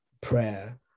prayer